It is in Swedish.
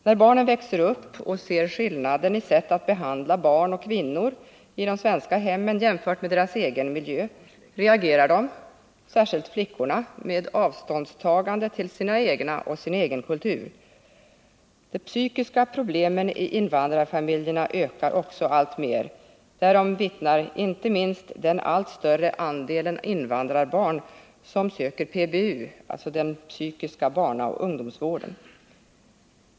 När barnen växer upp och ser skillnaden i sätt att behandla barn och kvinnor i de svenska hemmen och i deras egen miljö reagerar de, särskilt flickorna, med avståndstagande till sina egna och sin egen kultur. De psykiska problemen i invandrarfamiljerna ökar också alltmer; därom vittnar inte minst den allt större andelen invandrarbarn som söker PBU — psykiska barnaoch ungdomsvården.